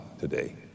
today